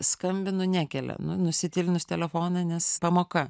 skambinu nekelia nusitylinus telefoną nes pamoka